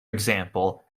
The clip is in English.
example